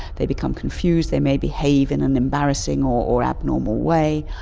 they become confused, they may behave in an embarrassing or or abnormal way,